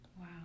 Wow